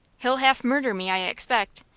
he'll half murder me, i expect.